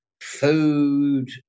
food